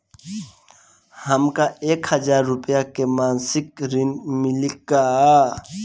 हमका एक हज़ार रूपया के मासिक ऋण मिली का?